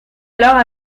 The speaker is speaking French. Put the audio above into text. alors